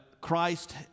Christ